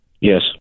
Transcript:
Yes